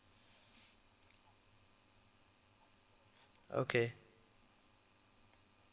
okay